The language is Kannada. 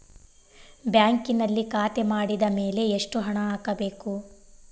ಬ್ಯಾಂಕಿನಲ್ಲಿ ಖಾತೆ ಮಾಡಿದ ಮೇಲೆ ಎಷ್ಟು ಹಣ ಹಾಕಬೇಕು?